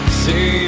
see